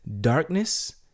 darkness